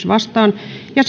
vastaan ja